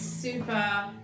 super